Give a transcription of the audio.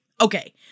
okay